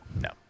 No